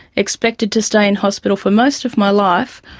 expected to stay in hospital for most of my life,